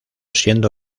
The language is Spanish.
siendo